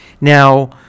Now